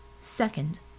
Second